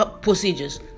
procedures